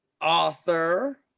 author